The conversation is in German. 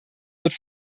wird